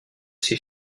ses